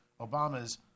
Obama's